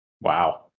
Wow